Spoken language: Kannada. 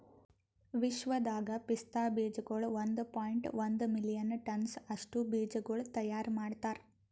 ವಿಶ್ವದಾಗ್ ಪಿಸ್ತಾ ಬೀಜಗೊಳ್ ಒಂದ್ ಪಾಯಿಂಟ್ ಒಂದ್ ಮಿಲಿಯನ್ ಟನ್ಸ್ ಅಷ್ಟು ಬೀಜಗೊಳ್ ತೈಯಾರ್ ಮಾಡ್ತಾರ್